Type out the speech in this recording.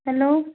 hello